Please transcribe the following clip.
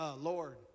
Lord